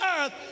earth